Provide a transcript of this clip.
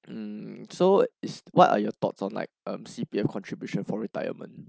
um so is what are your thoughts on like um C_P_F contribution for retirement